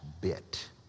bit